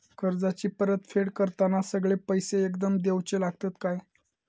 कर्जाची परत फेड करताना सगळे पैसे एकदम देवचे लागतत काय?